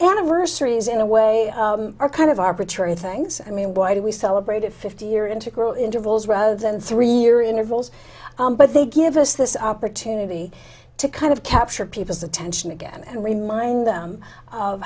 anniversaries in a way are kind of arbitrary things i mean why do we celebrated fifty year integral intervals rather than three year intervals but they give us this opportunity to kind of capture people's attention again and remind them of